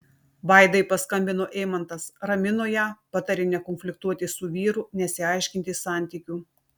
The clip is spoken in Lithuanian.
vaidai paskambino eimantas ramino ją patarė nekonfliktuoti su vyru nesiaiškinti santykių